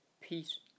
peace